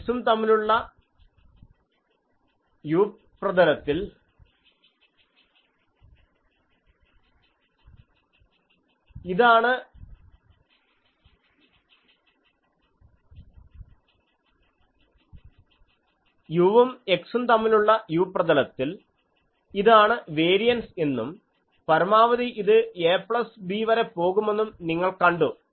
u ഉം x ഉം തമ്മിലുള്ള u പ്രതലത്തിൽ ഇതാണ് വേരിയൻസ് എന്നും പരമാവധി ഇത് a പ്ലസ് b വരെ പോകുമെന്നും നിങ്ങൾ കണ്ടു